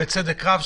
ובצדק רב,